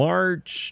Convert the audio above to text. March